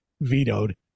vetoed